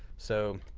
so